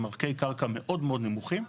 עם ערכי קרקע מאוד מאוד נמוכים.